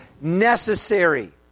necessary